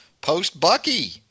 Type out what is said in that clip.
Post-Bucky